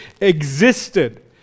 existed